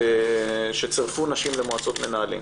שצירפו נשים למועצות מנהלים.